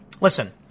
Listen